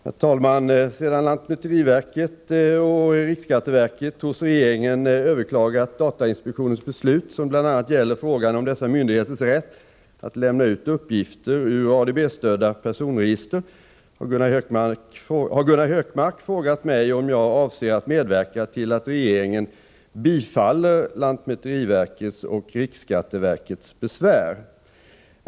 Herr talman! Sedan lantmäteriverket och riksskatteverket hos regeringen överklagat datainspektionens beslut, som bl.a. gäller frågan om dessa myndigheters rätt att lämna ut uppgifter ur ADB-stödda personregister, har Gunnar Hökmark frågat mig om jag avser att medverka till att regeringen bifaller lantmäteriverkets och riksskatteverkets besvär.